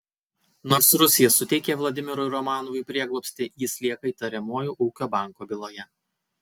nors rusija suteikė vladimirui romanovui prieglobstį jis lieka įtariamuoju ūkio banko byloje